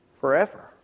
forever